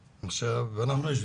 אנחנו,